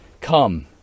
Come